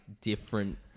different